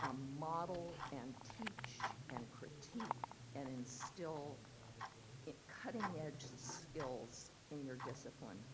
ah model and teach and critique and instill cutting-edge skills in your discipline.